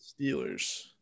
Steelers